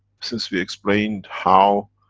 since we explained how,